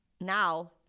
now